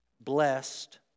Blessed